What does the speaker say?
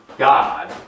God